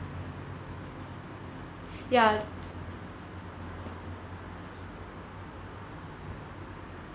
ya